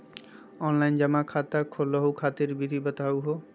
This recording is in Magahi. ऑनलाइन जमा खाता खोलहु खातिर विधि बताहु हो?